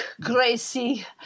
Gracie